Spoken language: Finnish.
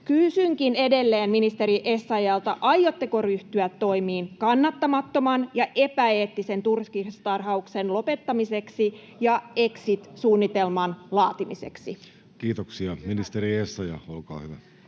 Kysynkin edelleen ministeri Essayah’lta: aiotteko ryhtyä toimiin kannattamattoman ja epäeettisen turkistarhauksen lopettamiseksi ja exit-suunnitelman laatimiseksi? [Speech 93] Speaker: Jussi Halla-aho